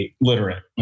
literate